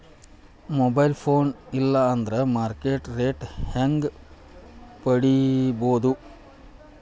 Mobile phone ಇಲ್ಲಾ ಅಂದ್ರ market rate ಹೆಂಗ್ ಪಡಿಬೋದು?